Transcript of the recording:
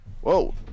Whoa